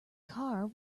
car